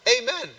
Amen